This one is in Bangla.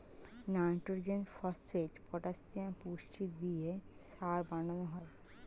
নাইট্রোজেন, ফস্ফেট, পটাসিয়াম পুষ্টি দিয়ে সার বানানো হয়